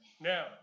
Now